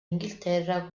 inghilterra